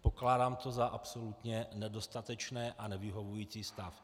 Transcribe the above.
Pokládám to za absolutně nedostatečné a nevyhovující stav.